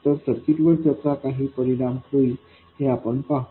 तर सर्किटवर त्याचा काही परिणाम होईल हे आपण पाहु